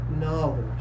knowledge